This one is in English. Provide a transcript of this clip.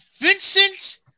Vincent